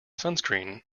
sunscreen